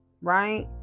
right